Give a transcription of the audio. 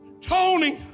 Tony